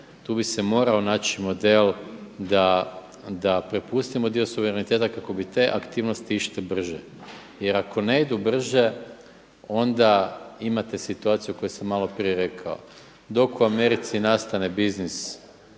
tu bi se morao naći model da prepustimo dio suvereniteta kako bi te aktivnosti išle brže jer ako ne idu brže onda imate situaciju koju sam malo prije rekao. Dok u Americi nastane biznis